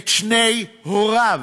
את שני הוריו